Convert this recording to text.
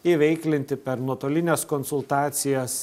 įveiklinti per nuotolines konsultacijas